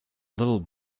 little